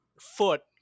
foot